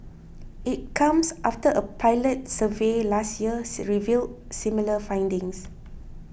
it comes after a pilot survey last year revealed similar findings